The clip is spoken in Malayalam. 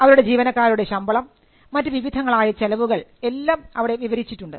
അവരുടെ ജീവനക്കാരുടെ ശമ്പളം മറ്റു വിവിധങ്ങളായ ചിലവുകൾ എല്ലാം അവിടെ വിവരിച്ചിട്ടുണ്ട്